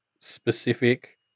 specific